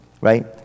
right